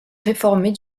réformée